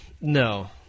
No